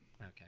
Okay